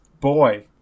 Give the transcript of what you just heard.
Boy